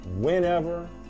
whenever